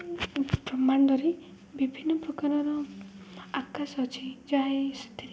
ବ୍ରହ୍ମାଣ୍ଡରେ ବିଭିନ୍ନ ପ୍ରକାରର ଆକାଶ ଅଛି ଯାହା ସେଥିରେ